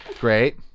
Great